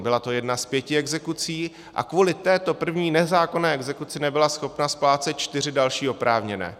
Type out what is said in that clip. Byla to jedna z pěti exekucí a kvůli této první nezákonné exekuci nebyla schopna splácet čtyři další oprávněné.